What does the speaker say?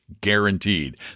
guaranteed